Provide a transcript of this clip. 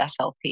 SLP